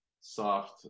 soft